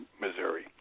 Missouri